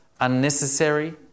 unnecessary